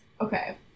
okay